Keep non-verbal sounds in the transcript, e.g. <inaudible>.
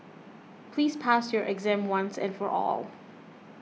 please pass your exam once and for <unintelligible> all